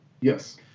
Yes